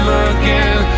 again